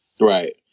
Right